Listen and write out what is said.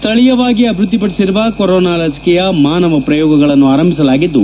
ಸ್ವಳೀಯವಾಗಿ ಅಭಿವ್ಯದ್ಲಿಪಡಿಸಿರುವ ಕೊರೊನಾ ಲಸಿಕೆಯ ಮಾನವ ಪ್ರಯೋಗಗಳನ್ನು ಪಾರಂಭಿಸಲಾಗಿದ್ದು